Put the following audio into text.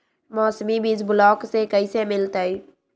मौसमी बीज ब्लॉक से कैसे मिलताई?